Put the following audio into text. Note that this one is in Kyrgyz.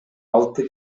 алты